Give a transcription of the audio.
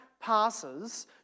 passes